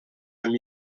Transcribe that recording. amb